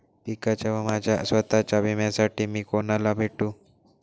पिकाच्या व माझ्या स्वत:च्या विम्यासाठी मी कुणाला भेटू?